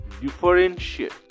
differentiate